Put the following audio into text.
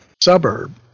suburb